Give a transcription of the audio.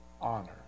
honor